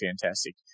fantastic